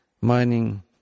mining